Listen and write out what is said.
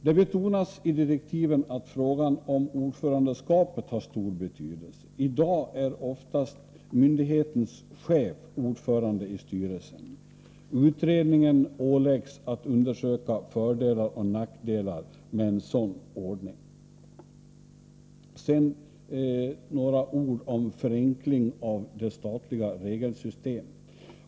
Det betonas i direktiven att frågan om ordförandeskapet har stor betydelse. I dag är oftast myndighetens chef ordförande i styrelsen. Utredningen åläggs att undersöka fördelar och nackdelar med en sådan ordning. Sedan några ord om förenkling av det statliga regelsystemet.